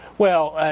well ah,